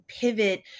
pivot